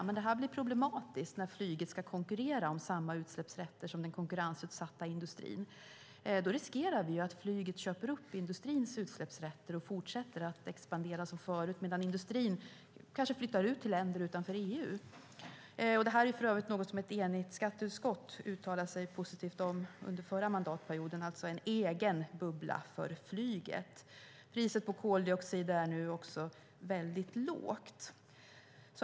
Detta blir dock problematiskt när flyget ska konkurrera om samma utsläppsrätter som den konkurrensutsatta industrin. Då riskerar vi att flyget köper upp industrins utsläppsrätter och fortsätter att expandera som förut medan industrin kanske flyttar till länder utanför EU. En egen bubbla för flyget är för övrigt något som ett enigt skatteutskott uttalade sig positivt om under förra mandatperioden. Priset på koldioxid är också väldigt lågt.